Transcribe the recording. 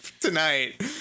tonight